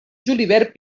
julivert